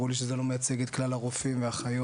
ברור לי שזה לא מייצג את כלל הרופאים והאחיות.